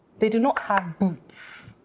they do not have boots.